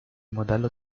modello